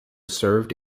served